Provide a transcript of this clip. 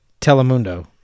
Telemundo